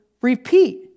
repeat